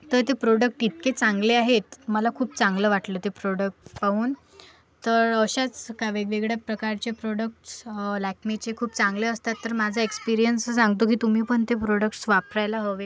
तर ते प्रॉडक्ट इतके चांगले आहेत मला खूप चांगलं वाटलं ते प्रॉडक्ट पाहून तर अशाच वेगवेगळ्या प्रकारचे प्रोडक्टस लॅक्मेचे खूप चांगले असतात तर माझा एक्सपिरियन्स असा सांगतो की तुम्ही पण ते प्रोडक्टस वापरायला हवे